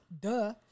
Duh